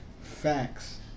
Facts